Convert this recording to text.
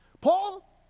Paul